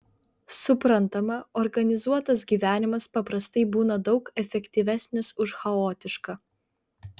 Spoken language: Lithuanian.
suprantama organizuotas gyvenimas paprastai būna daug efektyvesnis už chaotišką